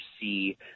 see